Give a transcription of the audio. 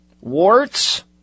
warts